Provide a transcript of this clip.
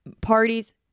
parties